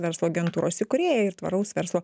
verslo agentūros įkūrėja ir tvaraus verslo